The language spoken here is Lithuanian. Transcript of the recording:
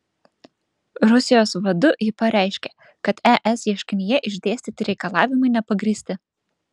rusijos vadu ji pareiškė kad es ieškinyje išdėstyti reikalavimai nepagrįsti